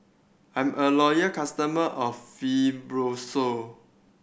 I'm a loyal customer of Fibrosol